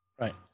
right